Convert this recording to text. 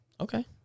Okay